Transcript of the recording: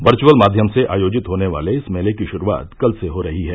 virtual माध्यम से आयोजित होने वाले इस मेले की शुरूआत कल से हो रही है